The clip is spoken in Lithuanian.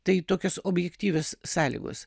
tai tokios objektyvios sąlygos